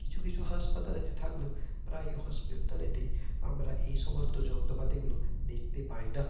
কিছু কিছু হাসপাতালেতে থাকলেও প্রায় হসপিটালেতেই আমরা এই সমস্ত যন্ত্রপাতিগুলো দেখতে পাই না